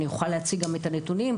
אני יכולה להציג את הנתונים.